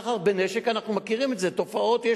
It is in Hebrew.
אנחנו מכירים את תופעות הסחר בנשק,